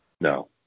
No